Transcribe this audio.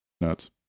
Nuts